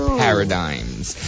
paradigms